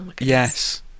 Yes